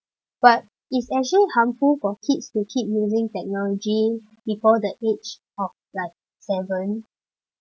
but it's actually harmful for kids to keep using technology before the age of like seven